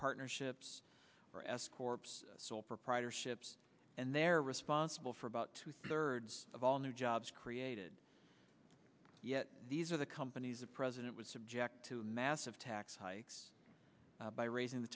partnerships or s corp's sole proprietorships and they're responsible for about two thirds of all new jobs created yet these are the companies the president was subject to massive tax hikes by raising the